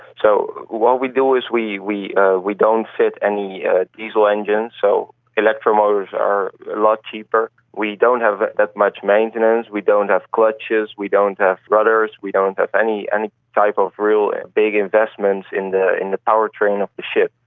so what we do is we we ah don't fit any ah diesel engines, so electro motors are a lot cheaper. we don't have that much maintenance, we don't have clutches, we don't have rudders, we don't have any and type of really big investments in the in the power train of the ship.